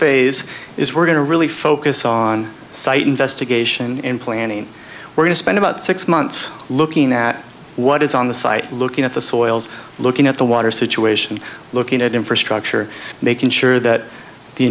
phase is we're going to really focus on site investigation and planning we're going to spend about six months looking at what is on the site looking at the soils looking at the water situation looking at infrastructure making sure that the